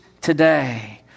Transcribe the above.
today